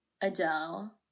Adele